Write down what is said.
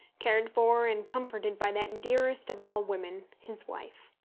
cared for and comforted by that dearest of all women, his wife.